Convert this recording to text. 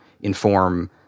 inform